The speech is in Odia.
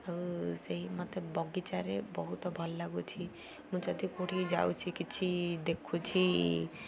ଆଉ ସେଇ ମତେ ବଗିଚାରେ ବହୁତ ଭଲ ଲାଗୁଛି ମୁଁ ଯଦି କୋଉଠି ଯାଉଛି କିଛି ଦେଖୁଛି